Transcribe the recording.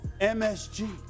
MSG